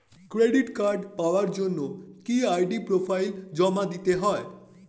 Credit card পাওয়ার জন্য কি আই.ডি ফাইল জমা দিতে হবে?